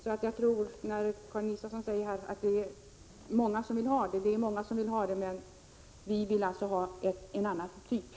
Karin Israelsson säger här att det är många som vill ha vårdnadsbidrag. Men vi vill alltså ha en annan typ.